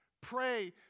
Pray